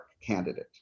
candidate